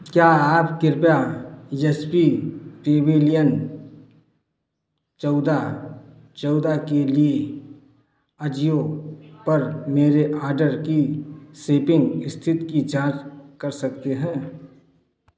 क्या आप कृपया यच पी पेविलियन चौदह चौदह के लिए अजियो पर मेरे ऑर्डर की शिपिंग स्थिति की जाँच कर सकते हैं